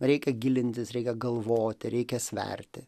reikia gilintis reikia galvoti reikia sverti